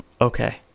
Okay